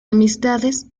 amistades